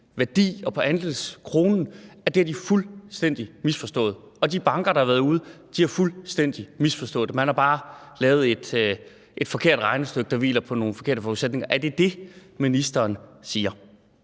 og på andelskronen, fuldstændig har misforstået det – og at de banker, der har været ude at sige det, fuldstændig har misforstået det? Man har bare lavet et forkert regnestykke, der hviler på nogle forkerte forudsætninger. Er det det, ministeren siger?